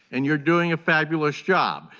and you are doing a fabulous job.